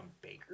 Baker